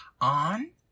on